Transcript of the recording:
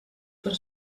per